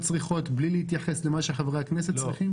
צריכות בלי להתייחס למה שחברי הכנסת צריכים?